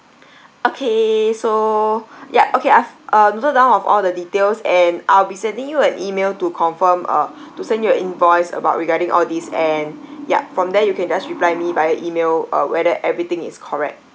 okay so yup okay I've uh noted down of all the details and I'll be sending you an email to confirm uh to send you an invoice about regarding all these and yup from there you can just reply me via email uh whether everything is correct